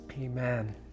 Amen